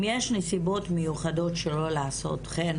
אם יש "נסיבות מיוחדות שלא לעשות כן",